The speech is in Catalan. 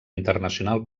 internacional